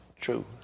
True